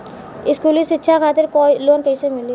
स्कूली शिक्षा खातिर लोन कैसे मिली?